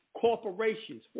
corporations